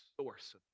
source